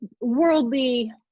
worldly